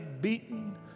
beaten